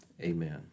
amen